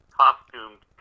costumed